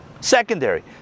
secondary